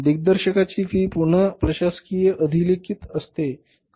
दिग्दर्शकाची fee पुन्हा प्रशासकीय अधिलिखित असते